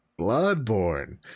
Bloodborne